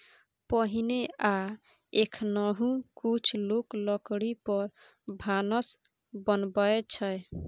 पहिने आ एखनहुँ कुछ लोक लकड़ी पर भानस बनबै छै